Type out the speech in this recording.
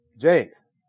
James